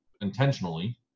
intentionally